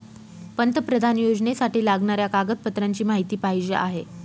पंतप्रधान योजनेसाठी लागणाऱ्या कागदपत्रांची माहिती पाहिजे आहे